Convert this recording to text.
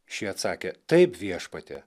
šie atsakė taip viešpatie